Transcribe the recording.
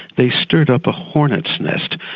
they stirred up a hornet's nest.